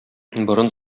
борын